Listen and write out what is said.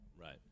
Right